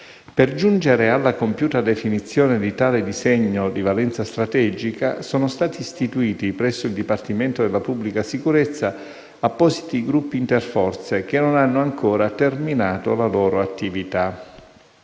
Per giungere alla compiuta definizione di tale disegno di valenza strategica, sono stati istituiti, presso il Dipartimento della pubblica sicurezza, appositi gruppi interforze che non hanno ancora terminato la loro attività.